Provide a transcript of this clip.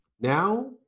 Now